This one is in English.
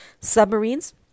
submarines